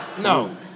No